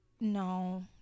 No